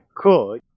Cool